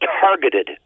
targeted